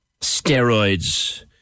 steroids